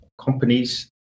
companies